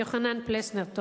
יוחנן פלסנר,